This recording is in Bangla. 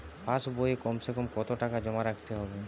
পাশ বইয়ে কমসেকম কত টাকা জমা রাখতে হবে?